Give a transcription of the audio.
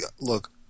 look